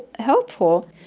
helpful.